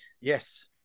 yes